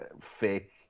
fake